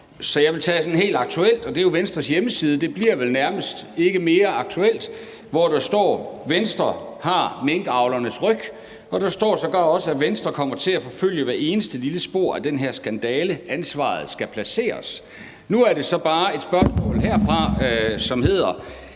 men jeg vil tage noget helt aktuelt fra Venstres hjemmeside – det bliver vel nærmest ikke mere aktuelt – hvor der står: »Venstre har minkavlernes ryg.« Der står sågar også: »Venstre kommer til at forfølge hvert eneste lille spor af den her skandale. Ansvaret skal placeres.« Nu er det så bare et spørgsmål herfra, som lyder: